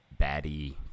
baddie